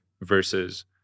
versus